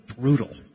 brutal